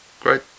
Great